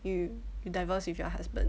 you you divorce with your husband